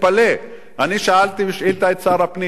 שאלתי שאילתא את שר הפנים: מה קורה